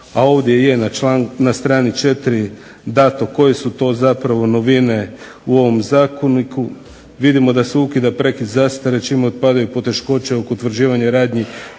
a ovdje je na strani 4. dato koje su to zapravo novine u ovom zakoniku, vidimo da se ukida prekid zastare čime otpadaju poteškoće oko utvrđivanja radnji